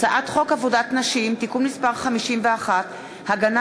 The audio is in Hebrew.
הצעת חוק עבודת נשים (תיקון מס' 51) (הגנה